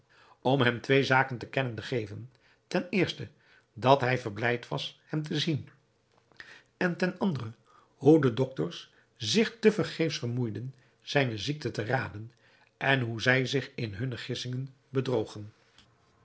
om hem twee zaken te kennen te geven ten eerste dat hij verblijd was hem te zien en ten andere hoe de doctors zich te vergeefs vermoeiden zijne ziekte te raden en hoe zij zich in hunne gissingen bedrogen